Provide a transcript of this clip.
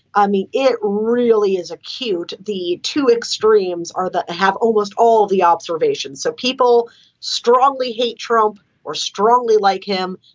i mean, it really is a cute the two extremes are that have almost all the observations. so people strongly hate trump or strongly like him.